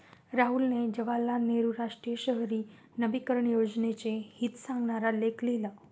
राहुलने जवाहरलाल नेहरू राष्ट्रीय शहरी नवीकरण योजनेचे हित सांगणारा लेख लिहिला